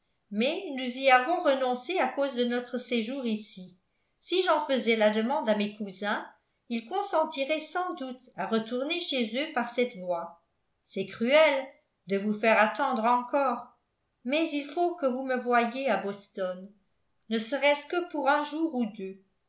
mais nous y avons renoncé à cause de notre séjour ici si j'en faisais la demande à mes cousins ils consentiraient sans doute à retourner chez eux par cette voie c'est cruel de vous faire attendre encore mais il faut que vous me voyiez à boston ne serait-ce que pour un jour ou deux